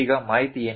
ಈಗ ಮಾಹಿತಿ ಏನು